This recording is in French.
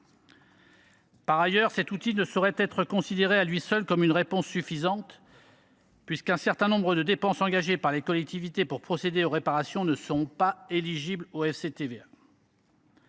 Par ailleurs, cet outil ne saurait être considéré à lui seul comme une réponse suffisante, puisqu’un certain nombre de dépenses engagées par les collectivités pour procéder aux réparations ne seront pas éligibles au FCTVA.